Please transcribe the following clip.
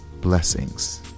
blessings